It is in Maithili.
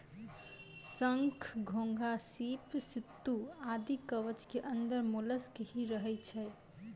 शंख, घोंघा, सीप, सित्तू आदि कवच के अंदर मोलस्क ही रहै छै